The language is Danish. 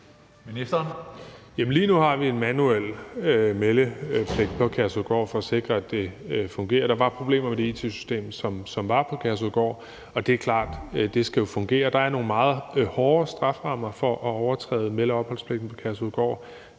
Bek): Lige nu har vi en manuel meldepligt på Kærshovedgård for at sikre, at det fungerer. Der var problemer med det it-system, som var på Kærshovedgård, og det er klart, at det jo skal fungere. Der er nogle meget hårde strafferammer for at overtræde melde- og opholdspligten på Kærshovedgård.